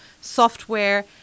software